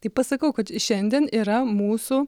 tai pasakau kad šiandien yra mūsų